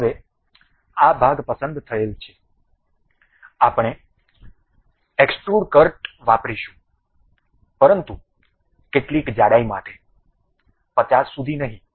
હવે આ ભાગ પસંદ થયેલ છે આપણે એક્સ્ટ્રુડ કટ વાપરીશું પરંતુ કેટલીક જાડાઈ માટે 50 સુધી નહીં